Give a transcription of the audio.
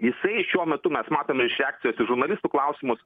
jisai šiuo metu mes matome iš reakcijos į žurnalistų klausimus